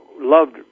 loved